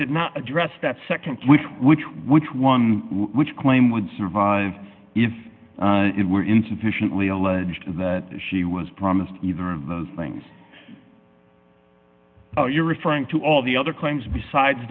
did not address that nd which which which one which claim would survive if it were insufficiently alleged that she was promised either of those things oh you're referring to all the other claims besides